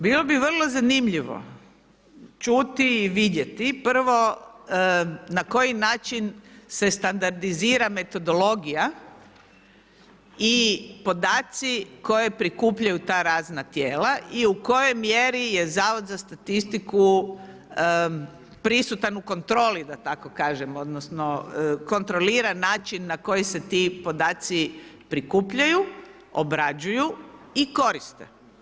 Bilo bi vrlo zanimljivo čuti i vidjeti, prvo, na koji način se standardizira metodologija i podaci koje prikupljaju ta razna tijela i u kojoj mjeri je Zavod za statistiku prisutan u kontroli, da tako kažem, odnosno, kontroliran način, na koji se ti podaci prikupljaju, obrađuju i koriste.